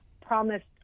promised